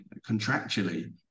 contractually